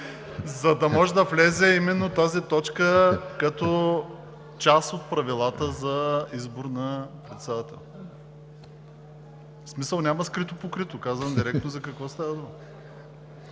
За да може именно тази точка да влезе като част от Правилата за избор на председател. В смисъл няма скрито-покрито. Казвам директно за какво става дума,